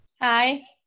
Hi